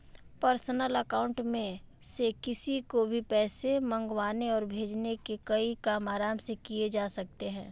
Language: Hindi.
पर्सनल अकाउंट में से किसी को भी पैसे मंगवाने और भेजने के कई काम आराम से किये जा सकते है